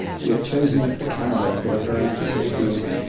we have chosen canada for a very specific reason.